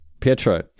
Pietro